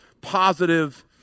positive